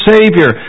Savior